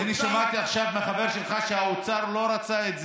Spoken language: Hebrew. אני שמעתי עכשיו מחבר שלך שהאוצר לא רצה את זה,